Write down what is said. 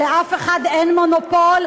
לאף אחד אין מונופול,